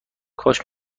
کاش